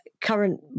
current